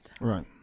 Right